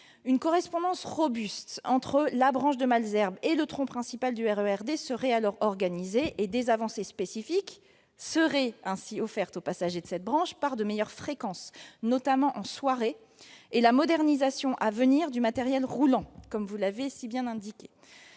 Une correspondance robuste entre la branche de Malesherbes et le tronc principal du RER D serait alors organisée. Des avancées spécifiques seraient ainsi offertes aux passagers de cette branche grâce à de meilleures fréquences, notamment en soirée, et à la modernisation à venir du matériel roulant, comme vous l'avez indiqué,